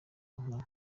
inka